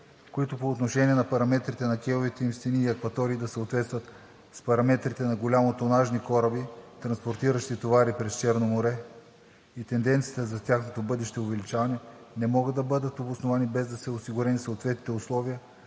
които по отношение на параметрите на кейовите им стени и акватории да съответстват с параметрите на голямотонажни кораби, транспортиращи товари през Черно море и тенденцията за тяхното бъдещо увеличаване, не могат да бъдат обосновани, без да са осигурени съответните условия